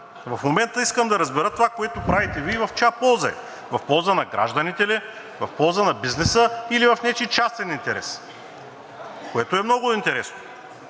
В момента искам да разбера това, което правите Вие, в чия полза е? В полза на гражданите ли е, в полза на бизнеса или в нечий частен интерес, което е много интересно,